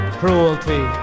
cruelty